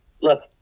look